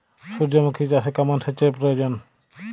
সূর্যমুখি চাষে কেমন সেচের প্রয়োজন?